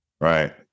Right